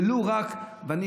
ולו רק על מה שהוא עשה,